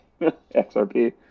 xrp